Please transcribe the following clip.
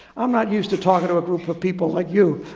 i'm not used to talking to a group of people like you.